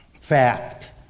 fact